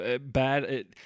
Bad